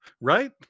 right